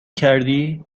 کردی